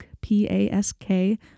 P-A-S-K